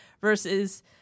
versus